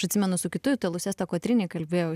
aš atsimenu su kitu italu sesta kotrini kalbėjau